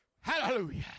Hallelujah